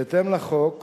בהתאם לחוק